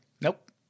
Nope